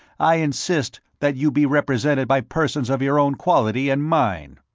i insist that you be represented by persons of your own quality and mine.